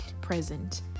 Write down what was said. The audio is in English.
present